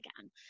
again